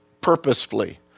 purposefully